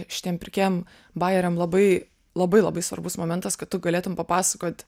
šitiem pirkėjam bajeriam labai labai labai svarbus momentas kad tu galėtum papasakot